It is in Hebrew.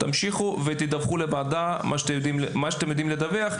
תמשיכו ותדווחו לוועדה מה שאתם יודעים לדווח.